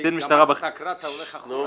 שהוקרא כל הנוסח אז בכל מקרה הולכים אחורה.